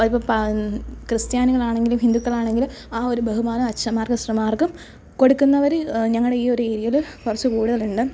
അത് ഇപ്പം പാ ൻ ക്രിസ്ത്യൻമാരാണെങ്കിലും ഹിന്ദുക്കളാണെങ്കിലും ആ ഒരു ബഹുമാനം അച്ഛന്മാർക്കും സിസ്റ്റർമാർക്കും കൊടുക്കുന്നവർ ഞങ്ങളെ ഈ ഒരു ഏരിയയിൽ കുറച്ച് കൂടുതലുണ്ട്